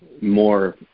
more